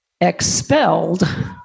expelled